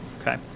Okay